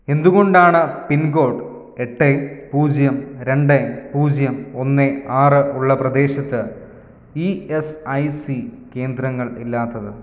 എന്തുകൊണ്ടാണ് പിൻകോഡ് എട്ട് പൂജ്യം രണ്ട് പൂജ്യം ഒന്ന് ആറ് ഉള്ള പ്രദേശത്ത് ഇ എസ് ഐ സി കേന്ദ്രങ്ങൾ ഇല്ലാത്തത്